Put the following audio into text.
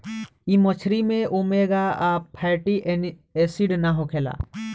इ मछरी में ओमेगा आ फैटी एसिड ना होखेला